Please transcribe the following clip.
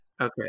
Okay